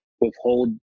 withhold